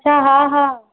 अच्छा हा हा